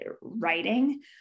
writing